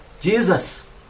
Jesus